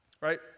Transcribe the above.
right